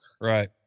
Right